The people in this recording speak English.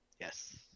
yes